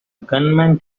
gunman